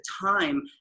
time